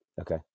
okay